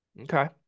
Okay